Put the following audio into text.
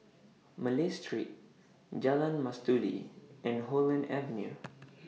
Malay Street Jalan Mastuli and Holland Avenue